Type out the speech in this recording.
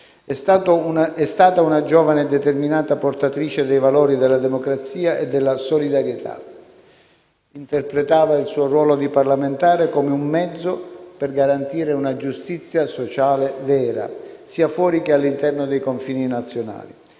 È stata una giovane e determinata portatrice dei valori della democrazia e della solidarietà. Interpretava il suo ruolo di parlamentare come un mezzo per garantire una giustizia sociale vera, sia fuori che all'interno dei confini nazionali.